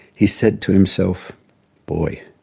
he said to himself boy,